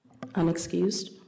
Unexcused